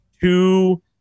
two